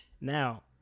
now